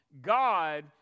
God